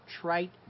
trite